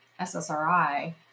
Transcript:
SSRI